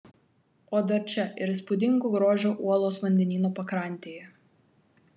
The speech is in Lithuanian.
o dar čia ir įspūdingo grožio uolos vandenyno pakrantėje